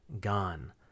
gone